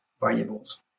variables